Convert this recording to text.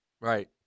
Right